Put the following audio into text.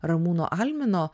ramūno almino